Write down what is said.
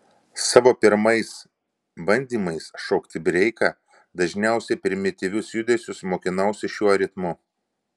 savo pirmais bandymais šokti breiką dažniausiai primityvius judesius mokinausi šiuo ritmu